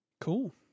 Cool